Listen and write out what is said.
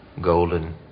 golden